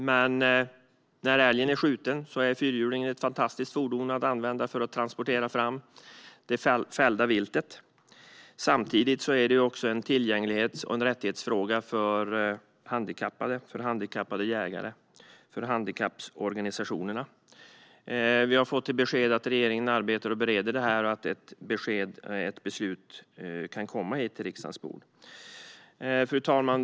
Men när älgen är skjuten är fyrhjulingen ett fantastiskt fordon att använda för att transportera fram det fällda viltet. Samtidigt är det en tillgänglighets och rättighetsfråga för handikappade jägare och handikapporganisationerna. Vi har fått beskedet att regeringen arbetar med frågan och bereder den och att ett beslut kan komma till riksdagens bord. Herr talman!